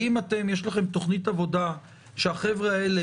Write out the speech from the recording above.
האם יש לכם תוכנית עבודה שהחבר'ה האלה